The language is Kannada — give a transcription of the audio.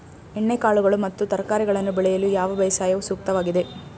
ಎಣ್ಣೆಕಾಳುಗಳು ಮತ್ತು ತರಕಾರಿಗಳನ್ನು ಬೆಳೆಯಲು ಯಾವ ಬೇಸಾಯವು ಸೂಕ್ತವಾಗಿದೆ?